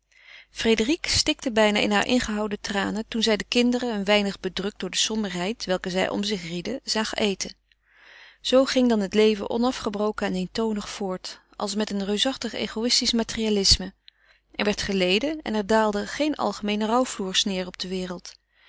frédérique stikte bijna in haar ingehouden tranen toen zij de kinderen een weinig bedrukt door de somberheid welke zij om zich rieden zag eten zoo ging dan het leven onafgebroken en eentonig voort als met een reusachtig egoïstisch materialisme er werd geleden en er daalde geen algemeen rouwfloers neêr op de wereld